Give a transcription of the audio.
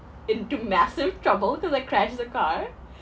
into massive trouble to like crash the car